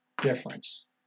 difference